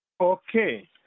Okay